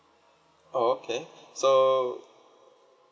oh okay so